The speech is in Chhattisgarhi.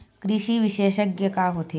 कृषि विशेषज्ञ का होथे?